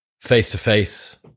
face-to-face